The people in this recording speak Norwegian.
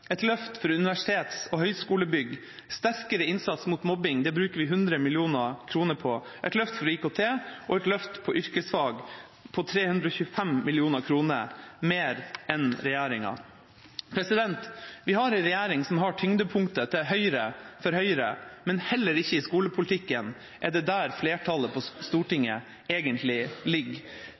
et løft for universitets- og høgskolebygg sterkere innsats mot mobbing, det bruker vi 100 mill. kr på et løft for IKT et løft for yrkesfag, 325 mill. kr mer enn regjeringa har Vi har en regjering som har tyngdepunktet til høyre for Høyre, men heller ikke i skolepolitikken er det der flertallet på Stortinget egentlig ligger.